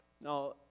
Now